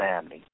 family